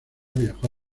viajó